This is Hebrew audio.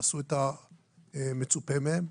ועשו את המצופה מהם,